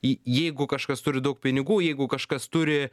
jei jeigu kažkas turi daug pinigų jeigu kažkas turi